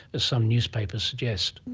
as some newspapers suggest?